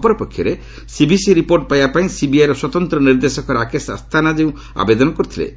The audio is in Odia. ଅପରପକ୍ଷରେ ସିଭିସି ରିପୋର୍ଟ ପାଇବା ପାଇଁ ସିବିଆଇର ସ୍ୱତନ୍ତ ନିର୍ଦ୍ଦେଶକ ରାକେଶ ଅସ୍ତାନା ଯେଉଁ ଆବେଦନ କରିଥିଲେ